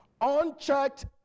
Unchecked